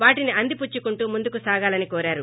వాటిని అందిపుచ్చుకుంటూ ముందుకు సాగాలని కోరారు